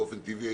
באופן טבעי,